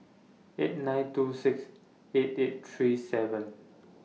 eight nine two six eight eight three seven